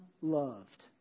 loved